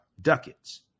ducats